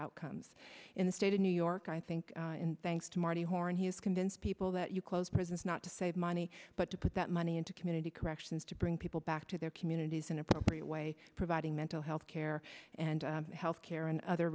outcomes in the state of new york i think thanks to marty horn he's convince people that you close prisons not to save money but to put that money into community corrections to bring people back to their communities in appropriate way providing mental health care and health care and other